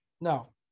No